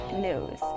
news